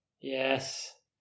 Yes